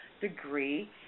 degree